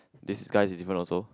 this guy is different also